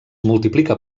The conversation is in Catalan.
multiplica